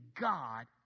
God